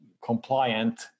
compliant